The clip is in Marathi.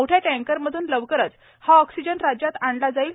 मोठ्या टँकरमध्न लवकरच हा ऑक्सिजन राज्यात आणला जाईल